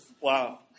wow